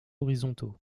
horizontaux